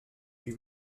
lui